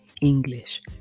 English